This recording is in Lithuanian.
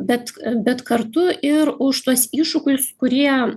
bet bet kartu ir už tuos iššūkius kurie